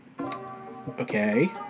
Okay